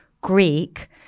Greek